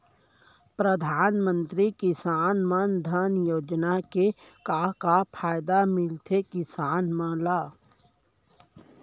परधानमंतरी किसान मन धन योजना के का का फायदा मिलथे किसान मन ला?